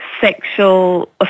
sexual